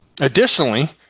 Additionally